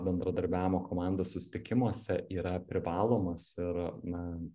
bendradarbiavimo komandų susitikimuose yra privalomas ir na